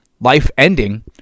life-ending